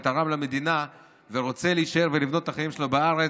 תרם למדינה ורוצה להישאר ולבנות את החיים שלו בארץ,